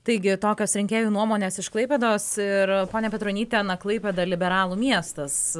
taigi tokios rinkėjų nuomonės iš klaipėdos ir pone petronyte na klaipėda liberalų miestas